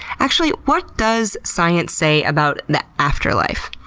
actually, what does science say about the afterlife?